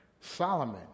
Solomon